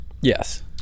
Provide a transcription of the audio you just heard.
Yes